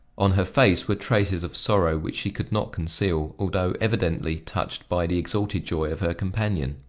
on her face were traces of sorrow which she could not conceal, although evidently touched by the exalted joy of her companion.